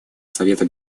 совета